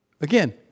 again